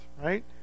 right